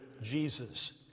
Jesus